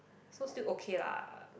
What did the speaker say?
so still okay lah